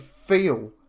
feel